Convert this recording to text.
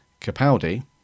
Capaldi